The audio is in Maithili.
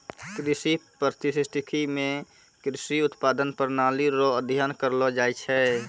कृषि परिस्थितिकी मे कृषि उत्पादन प्रणाली रो अध्ययन करलो जाय छै